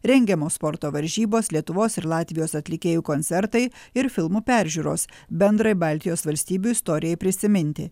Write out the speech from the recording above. rengiamos sporto varžybos lietuvos ir latvijos atlikėjų koncertai ir filmų peržiūros bendrai baltijos valstybių istorijai prisiminti